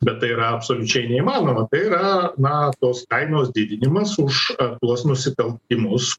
bet tai yra absoliučiai neįmanoma tai yra na tos kainos didinimas už tuos nusikaltimus